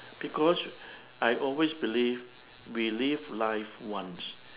because I always believe we live life once